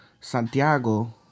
Santiago